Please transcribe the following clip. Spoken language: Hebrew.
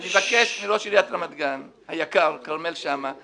אני מבקש מראש עיריית רמת גן היקר, כרמל שאמה,